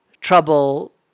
trouble